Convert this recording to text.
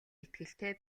итгэлтэй